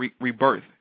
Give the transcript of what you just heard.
rebirth